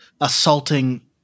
assaulting